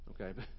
okay